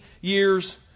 years